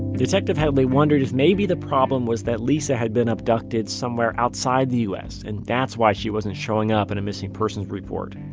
detective headley wondered if maybe the problem was that lisa had been abducted somewhere outside the u s. and that's why she wasn't showing up in a missing persons report.